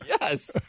Yes